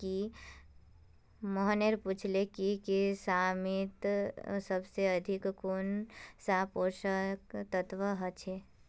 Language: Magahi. मोहन ने पूछले कि किशमिशत सबसे अधिक कुंन सा पोषक तत्व ह छे